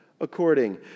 according